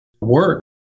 work